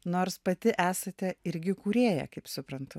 nors pati esate irgi kūrėja kaip suprantu